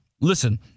listen